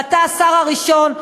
ואתה השר הראשון,